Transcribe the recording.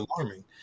alarming